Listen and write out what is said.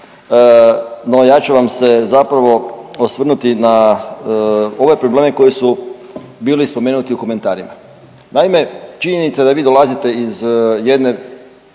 no ja ću vam se zapravo osvrnuti na ove probleme koji su bili spomenuti u komentarima. Naime, činjenica da vi dolazite iz jedne